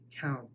count